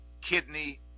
kidney